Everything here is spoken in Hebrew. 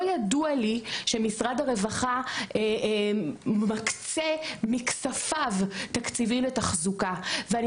לא ידוע לי שמשרד הרווחה מקצה מכספיו תקציבים לתחזוקה ואני